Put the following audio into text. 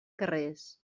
carrers